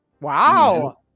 Wow